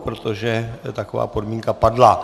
Protože taková podmínka padla.